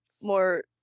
more